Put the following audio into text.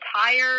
tired